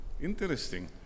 Interesting